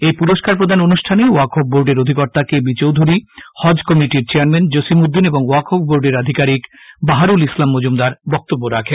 এই পুরস্কার প্রদান অনুষ্ঠানে ওয়াকফ বোর্ডের অধিকর্তা কে বি চৌধুরী হজ কমিটির চেয়ারম্যান জসিম উদ্দিন এবং ওয়াকফ বোর্ডের আধিকারিক বাহারুল ইসলাম মজুমদার বক্তব্য রাখেন